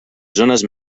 zones